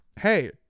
hey